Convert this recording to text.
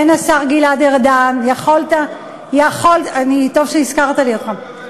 כן, השר גלעד ארדן, טוב שהזכרת לי עוד הפעם.